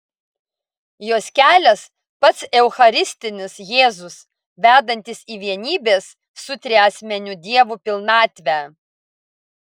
jos kelias pats eucharistinis jėzus vedantis į vienybės su triasmeniu dievu pilnatvę